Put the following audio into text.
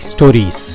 Stories